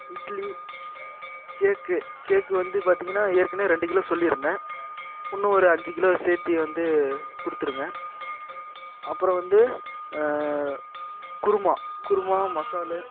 இட்லி கேக்கு கேக்கு வந்து பார்த்திங்கனா ஏற்கனவே ரெண்டு கிலோ சொல்லி இருந்தேன் இன்னும் ஒரு அஞ்சு கிலோ சேர்த்தி வந்து கொடுத்துடுங்க அப்புறம் வந்து குருமா குருமா மசாலு